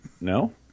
No